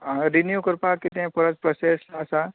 आं रिनीव करपाक कितें परत प्रोसेस आसा